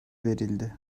verildi